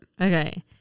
Okay